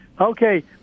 Okay